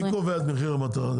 מי קובע את מחיר המטרה?